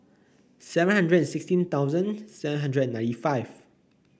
seven hundred sixteen thousand seven hundred and ninety five